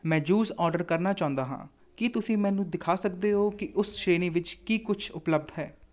ਮੈਂ juice order ਕਰਨਾ ਚਾਹੁੰਦਾ ਹਾਂ ਕੀ ਤੁਸੀਂ ਮੈਨੂੰ ਦਿਖਾ ਸਕਦੇ ਹੋ ਕਿ ਉਸ ਸ਼੍ਰੇਣੀ ਵਿੱਚ ਕੀ ਕੁਛ ਉਪਲੱਬਧ ਹੈ